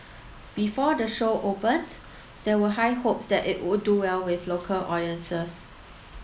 before the show opened there were high hopes that it would do well with local audiences